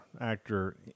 actor